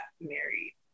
married